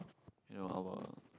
you know our